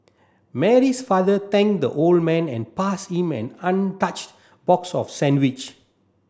Mary's father thanked the old man and passed him an untouched box of sandwich